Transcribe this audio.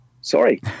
sorry